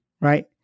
right